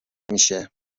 میشه